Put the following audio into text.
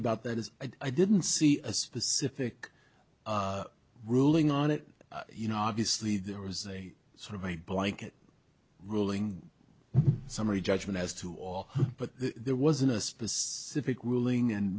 about that is i didn't see a specific ruling on it you know obviously there was sort of a blanket ruling summary judgment as to all but there wasn't a specific ruling and